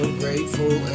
grateful